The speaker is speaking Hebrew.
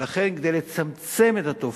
ולכן, כדי לצמצם את התופעה,